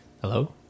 Hello